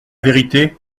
vérité